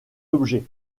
objets